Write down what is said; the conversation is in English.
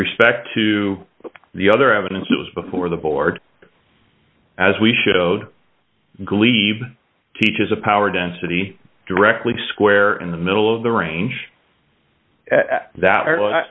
respect to the other evidence that was before the board as we showed glebe teaches a power density directly square in the middle of the range at that